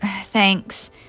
thanks